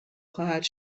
خواهد